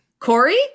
Corey